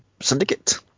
syndicate